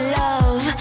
love